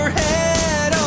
head